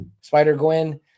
Spider-Gwen